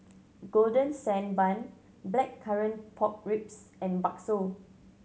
Golden Sand Bun Blackcurrant Pork Ribs and bakso